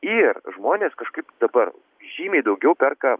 ir žmonės kažkaip dabar žymiai daugiau perka